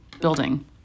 building